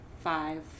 five